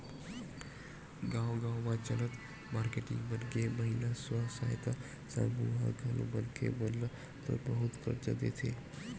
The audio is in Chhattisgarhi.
गाँव गाँव म चलत मारकेटिंग मन के महिला स्व सहायता समूह ह घलो मनखे मन ल थोर बहुत करजा देथे